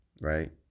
right